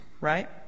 right